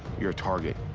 you're a target.